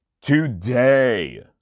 Today